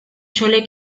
chole